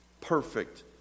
perfect